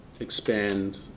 expand